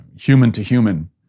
human-to-human